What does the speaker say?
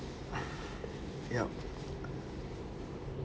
yup